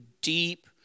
deep